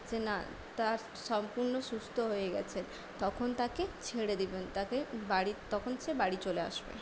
যে না তার সম্পূর্ণ সুস্থ হয়ে গেছেন তখন তাকে ছেড়ে দেবেন তাকে বাড়ি তখন সে বাড়ি চলে আসবে